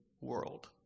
world